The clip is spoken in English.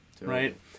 right